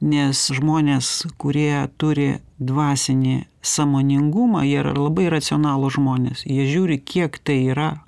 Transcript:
nes žmonės kurie turi dvasinį sąmoningumą jie yra ir labai racionalūs žmonės jie žiūri kiek tai yra